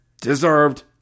deserved